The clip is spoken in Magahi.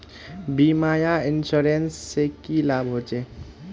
बीमा या इंश्योरेंस से की लाभ होचे?